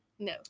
No